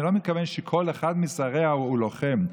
אני לא מתכוון שכל אחד משריה הוא לוחם,